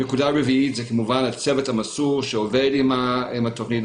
הנקודה הרביעית היא הצוות המסור שעובד עם התוכנית.